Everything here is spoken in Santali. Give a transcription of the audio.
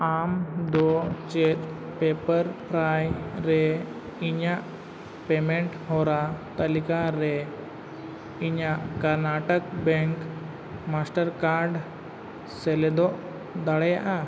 ᱟᱢᱫᱚ ᱪᱮᱫ ᱯᱮᱯᱟᱨ ᱯᱷᱨᱟᱭ ᱨᱮ ᱤᱧᱟᱹᱜ ᱯᱮᱢᱮᱱᱴ ᱦᱚᱨᱟ ᱛᱟᱹᱞᱤᱠᱟᱨᱮ ᱤᱧᱟᱹᱜ ᱠᱚᱨᱱᱟᱴᱚᱠ ᱵᱮᱝᱠ ᱢᱟᱥᱴᱟᱨ ᱠᱟᱨᱰ ᱥᱮᱞᱮᱫᱚᱜ ᱫᱟᱲᱮᱭᱟᱜᱼᱟ